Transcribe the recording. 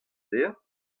dezhañ